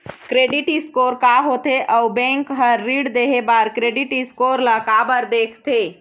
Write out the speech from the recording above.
Credit score का होथे अउ बैंक हर ऋण देहे बार क्रेडिट स्कोर ला काबर देखते?